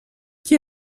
qu’y